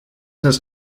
has